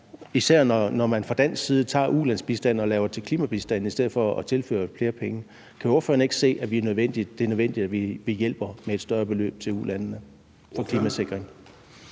især når man fra dansk side tager af ulandsbistanden og gør den til klimabistand i stedet for at tilføre flere penge. Kan ordføreren ikke se, at det er nødvendigt, at vi hjælper med et større beløb til ulandene til klimasikring?